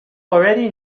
already